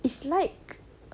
it's like